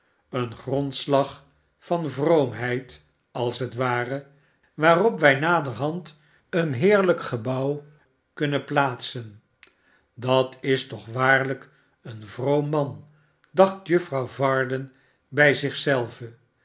een grondslag van vroomheid als het ware waarop wij naderhand een heerlijk gebouw kunnen plaatsen dat is toch waarlijk een vroom man dacht juffrouw varden bij